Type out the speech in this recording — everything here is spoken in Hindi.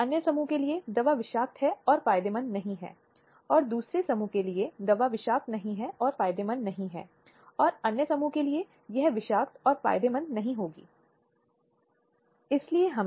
इससे कम कुछ भी जिसकी व्याख्या केवल गैर प्रतिरोध के रूप में की जा सकती है या जो केवल निष्क्रिय प्रस्तुतीकरण है जिसे सहमति के रूप में व्याख्यायित नहीं किया जा सकता है